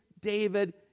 David